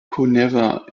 kuneva